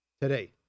today